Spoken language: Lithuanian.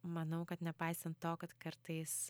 manau kad nepaisant to kad kartais